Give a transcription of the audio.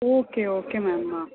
okay okay ma'am ಹಾ